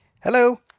Hello